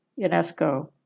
UNESCO